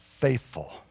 faithful